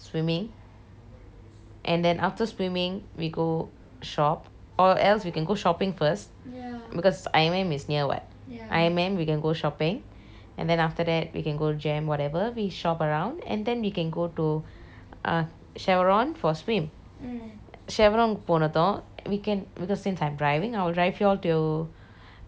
and then after swimming we go shop or else we can go shopping first because I_M_M is near [what] I_M_M we can go shopping and then after that we can go jem whatever we shop around and then we can go to uh chevron for swim chevron போனதும்:ponethum we can because since I'm driving I'll drive you all to err caverns lah